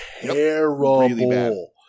terrible